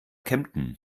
kempten